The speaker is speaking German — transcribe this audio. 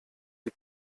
die